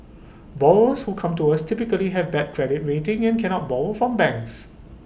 borrowers who come to us typically have bad credit rating and cannot borrow from banks